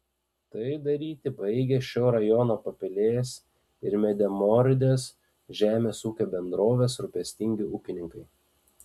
tai daryti baigia šio rajono papilės ir medemrodės žemės ūkio bendrovės rūpestingi ūkininkai